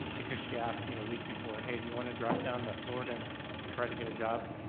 because she asked me a week before, hey, do you wanna drive down to florida and and try to get a job,